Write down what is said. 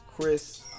Chris